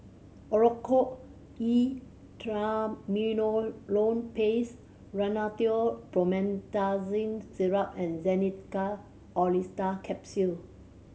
Oracort E Triamcinolone Paste Rhinathiol Promethazine Syrup and Xenical Orlistat Capsules